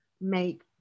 make